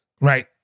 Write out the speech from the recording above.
Right